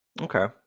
Okay